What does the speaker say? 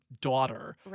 daughter